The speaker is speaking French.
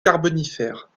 carbonifère